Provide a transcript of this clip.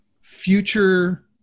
future